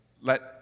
let